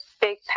big